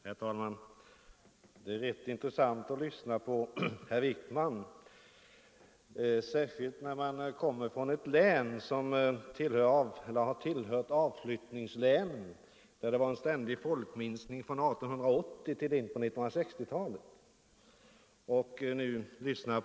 Herr talman! Det är rätt intressant att lyssna till herr Wijkman, särskilt för den som kommer från ett avflyttningslän, där det från år 1880 till fram på 1960-talet varit en ständig folkminskning.